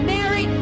Mary